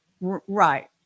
Right